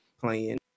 playing